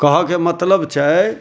कहऽके मतलब छै